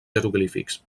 jeroglífics